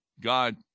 God